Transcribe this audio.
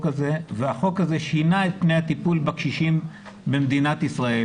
הזה והחוק הזה שינה את פני הטיפול בקשישים במדינת ישראל.